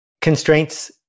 Constraints